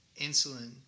insulin